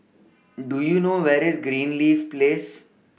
Do YOU know Where IS Greenleaf Place